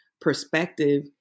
perspective